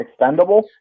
Extendable